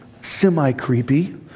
semi-creepy